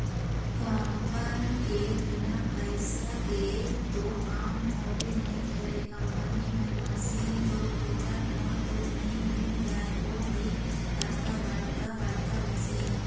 काबर के बिना पइसा के तो काम होबे नइ करय कंपनी बर मसीन तो फोकट म तो नइ मिल जाय ओ भी अतका बड़का बड़का मशीन